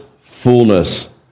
fullness